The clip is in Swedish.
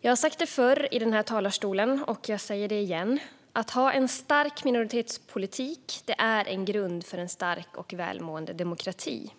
Jag har sagt det förr i den här talarstolen, och jag säger det igen: Att ha en stark minoritetspolitik är en grund för en stark och välmående demokrati.